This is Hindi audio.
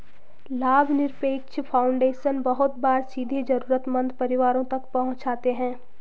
लाभनिरपेक्ष फाउन्डेशन बहुत बार सीधे जरूरतमन्द परिवारों तक मदद पहुंचाते हैं